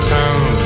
town